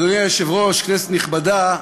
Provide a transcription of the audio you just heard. אדוני היושב-ראש, כנסת נכבדה,